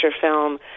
film